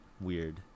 weird